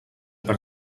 per